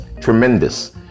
Tremendous